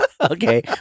Okay